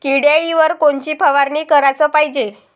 किड्याइवर कोनची फवारनी कराच पायजे?